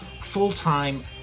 full-time